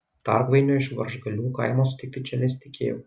dargvainio iš varžgalių kaimo sutikti čia nesitikėjau